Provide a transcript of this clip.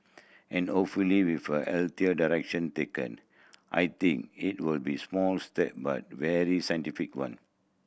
and with a healthier direction taken I think it will be small step but very scientific one